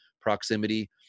proximity